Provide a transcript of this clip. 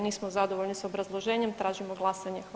Nismo zadovoljni s obrazloženjem tražimo glasanje.